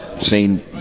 seen